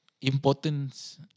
importance